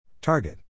target